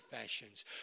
fashions